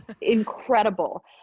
incredible